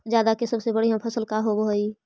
जादा के सबसे बढ़िया फसल का होवे हई?